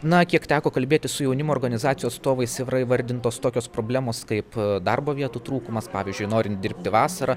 na kiek teko kalbėtis su jaunimo organizacijų atstovais yra įvardintos tokios problemos kaip darbo vietų trūkumas pavyzdžiui norint dirbti vasarą